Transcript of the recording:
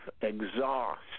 exhaust